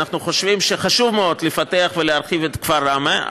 אנחנו חושבים שחשוב מאוד לפתח ולהרחיב את כפר ראמה,